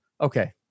Okay